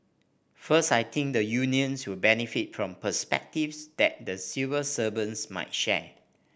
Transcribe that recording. first I think the unions will benefit from perspectives that the civil servants might share